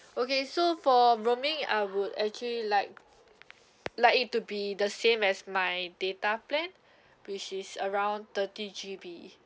okay so for roaming I would actually like like it to be the same as my data plan which is around thirty G_B